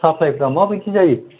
साफ्लाइफ्रा माबायदि जायो